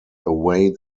away